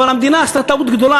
אבל המדינה עשתה טעות גדולה,